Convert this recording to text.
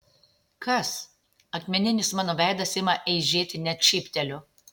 kas akmeninis mano veidas ima eižėti net šypteliu